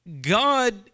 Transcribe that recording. God